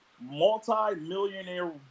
multi-millionaire